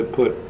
put